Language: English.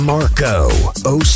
Marco